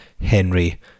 Henry